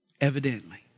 evidently